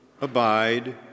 abide